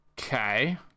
okay